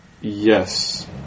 Yes